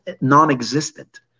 non-existent